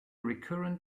recurrent